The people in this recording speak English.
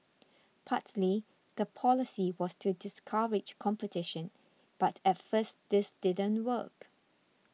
partly the policy was to discourage competition but at first this didn't work